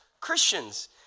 Christians